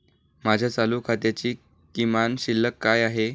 माझ्या चालू खात्याची किमान शिल्लक काय आहे?